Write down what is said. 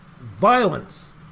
violence